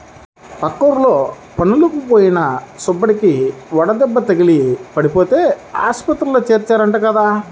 పక్కూర్లో పనులకి పోయిన సుబ్బడికి వడదెబ్బ తగిలి పడిపోతే ఆస్పత్రిలో చేర్చారంట కదా